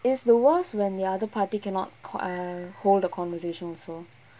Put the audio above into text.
it's the worse when the other party cannot err hold a conversation also